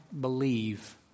believe